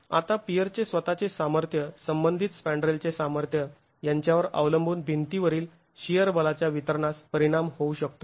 आता पियरचे स्वतःचे सामर्थ्य संबंधित स्पँड्रेलचे सामर्थ्य यांच्यावर अवलंबून भिंतीवरील शिअर बलाच्या वितरणास परिणाम होऊ शकतो